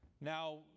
Now